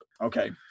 Okay